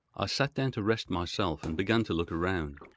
i sat down to rest myself, and began to look around.